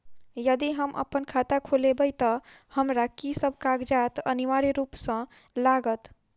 यदि हम अप्पन खाता खोलेबै तऽ हमरा की सब कागजात अनिवार्य रूप सँ लागत?